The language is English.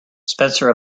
spencer